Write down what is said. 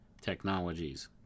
technologies